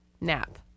nap